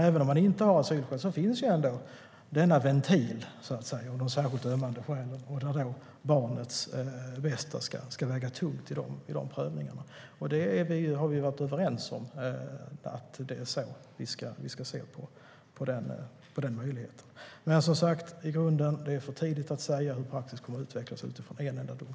Även om man inte har asylskäl finns ändå denna ventil och de särskilt ömmande skälen, och barnets bästa ska väga tungt i de prövningarna. Vi har varit överens om att det är så vi ska se på den möjligheten. I grunden är det för tidigt att säga hur praxis kommer att utvecklas utifrån en enda dom.